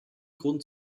grund